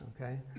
okay